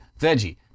veggie